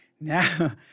Now